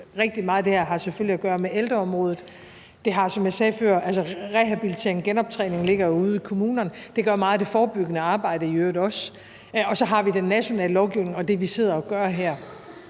rigtig meget af det her har selvfølgelig at gøre med ældreområdet. Som jeg sagde før, ligger rehabiliteringen og genoptræningen jo ude i kommunerne. Det gør meget af det forebyggende arbejde i øvrigt også. Så har vi den nationale lovgivning og det, vi sidder og gør her.